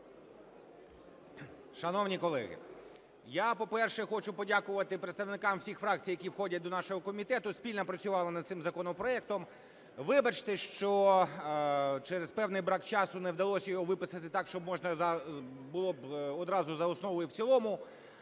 Шановні колеги, я, по-перше, хочу подякувати представникам всіх фракцій, які входять до нашого комітету і спільно працювали над цим законопроектом. Вибачте, що через певний брак часу не вдалося його виписати так, щоб можна було б одразу за основу і в цілому.